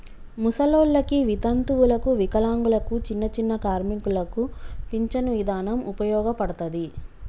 ముసలోల్లకి, వితంతువులకు, వికలాంగులకు, చిన్నచిన్న కార్మికులకు పించను ఇదానం ఉపయోగపడతది